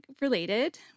related